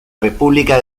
república